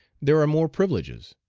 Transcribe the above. there are more privileges,